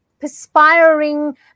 perspiring